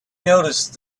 noticed